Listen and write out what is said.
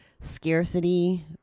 scarcity